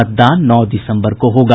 मतदान नौ दिसम्बर को होगा